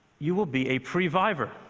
you will be a pre-vivor.